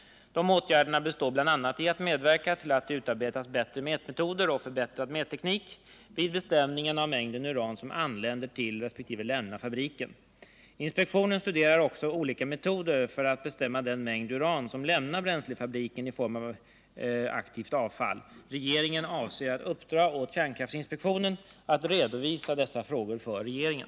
Dessa åtgärder består bl.a. i att medverka till att det utarbetas bättre mätmetoder och förbättrad mätteknik vid bestämning av mängden uran som anländer till resp. lämnar fabriken. Inspektionen studerar också olika metoder för att bestämma den mängd uran som lämnar bränslefabriken i form av aktivt avfall. Regeringen avser att uppdra åt kärnkraftinspektionen att redovisa dessa frågor för regeringen.